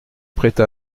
prête